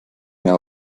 mehr